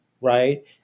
right